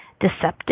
deceptive